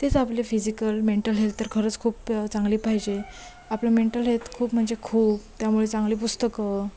तेच आपले physical mental health तर खरंच खूप चांगली पाहिजे आपलं मेंटल हेल्थ खूप म्हणजे खूप त्यामुळे चांगली पुस्तकं